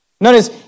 Notice